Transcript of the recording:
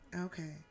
Okay